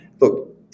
look